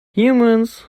humans